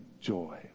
joy